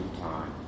time